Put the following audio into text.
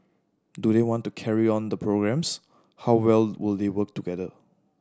do they want to carry on the programmes how well will they work together